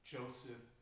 Joseph